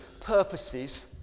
purposes